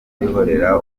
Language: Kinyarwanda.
ndabyihorera